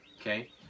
okay